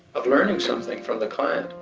of learning something from the client.